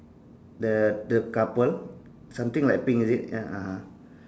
the the couple something like pink is it ya (uh huh)